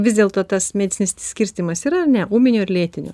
vis dėlto tas medicininis skirstymas yra ar ne ūminio ir lėtinio